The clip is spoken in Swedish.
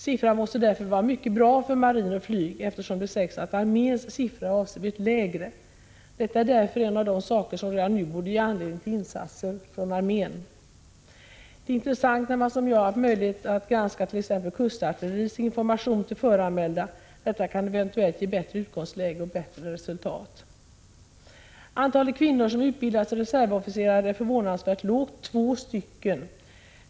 Siffran måste därför vara mycket bra för marinen och flyget, eftersom det sägs att arméns siffra är avsevärt lägre. Detta är en av de saker som redan nu borde ge anledning till insatser inom armén. De redovisade siffrorna är intressanta, när man som jag har haft möjlighet att granska t.ex. kustartilleriets information till föranmälda. Sådan förhandsinformation kan eventuellt ge ett bättre utgångsläge och bättre resultat. Antalet kvinnor som utbildats till reservofficerare är förvånansvärt lågt, totalt 2.